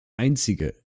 einzige